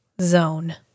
zone